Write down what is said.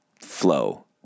flow